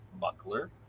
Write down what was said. Buckler